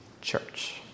church